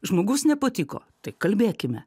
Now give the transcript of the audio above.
žmogus nepatiko tai kalbėkime